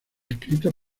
escrita